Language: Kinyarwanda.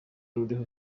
ruriho